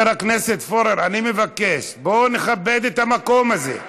אני מבקש, בוא נכבד את המקום הזה.